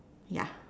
ya